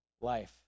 life